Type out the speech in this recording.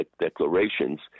declarations